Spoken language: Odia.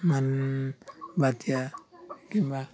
ମାନ ବାତ୍ୟା କିମ୍ବା